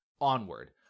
onward